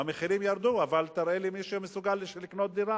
המחירים ירדו, אבל תראה לי מי מסוגל לקנות דירה.